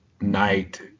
night